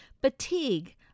fatigue